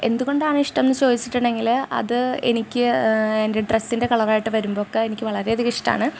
എന്തുകൊണ്ടാണ് ഇഷ്ടംന്ന് ചോദിച്ചിട്ടുണ്ടെങ്കിൽ അത് എനിക്ക് എന്റെ ഡ്രെസ്സിന്റെ കളറായിട്ട് വരുമ്പൊക്കെ എനിക്ക് വളരെയധികം ഇഷ്ടമാണ്